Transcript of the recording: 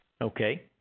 okay